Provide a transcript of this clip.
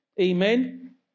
Amen